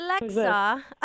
Alexa